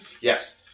yes